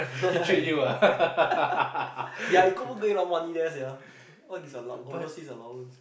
yeah you could earn a lot of money there sia all this allow~ overseas allowance